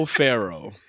pharaoh